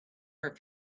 her